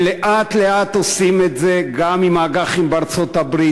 הם לאט-לאט עושים את זה גם עם האג"חים בארצות-הברית,